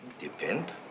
Depend